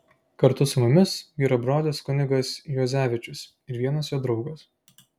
kartu su mumis vyro brolis kunigas juozevičius ir vienas jo draugas